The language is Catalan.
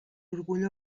orgull